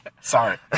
Sorry